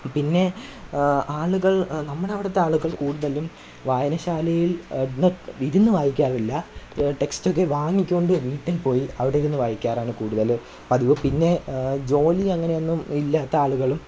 പിന്നെ ആളുകള് നമ്മടവിടുത്തെ ആളുകള് കൂടുതലും വായനശാലയില് നിക് ഇരുന്നു വായിക്കാറില്ല ടെക്സ്റ്റൊക്കെ വാങ്ങിക്കോണ്ട് വീട്ടില് പോയി അവിടിരുന്നു വായിക്കാറാണ് കൂടുതൽ പതിവ് പിന്നെ ജോലി അങ്ങനെയൊന്നും ഇല്ലാത്ത ആളുകളും